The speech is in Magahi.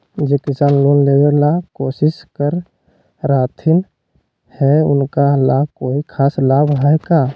जे किसान लोन लेबे ला कोसिस कर रहलथिन हे उनका ला कोई खास लाभ हइ का?